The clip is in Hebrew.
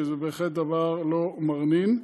שזה בהחלט דבר לא מרנין.